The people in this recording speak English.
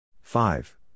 five